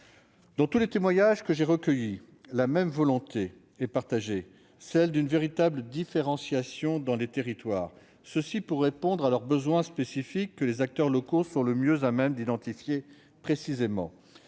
Tous les témoignages que j'ai recueillis expriment la même volonté d'une véritable différenciation dans les territoires, pour répondre à leurs besoins spécifiques que les acteurs locaux sont le mieux à même d'identifier précisément.